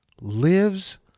Lives